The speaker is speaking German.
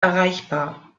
erreichbar